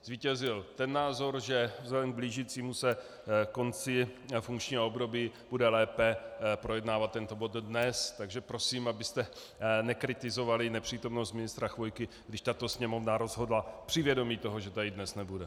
Zvítězil názor, že vzhledem k blížícímu se konci funkčního období bude lépe projednávat tento bod dnes, takže prosím, abyste nekritizovali nepřítomnost ministra Chvojky, když tato Sněmovna rozhodla při vědomí toho, že tady dnes nebude.